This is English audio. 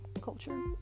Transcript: culture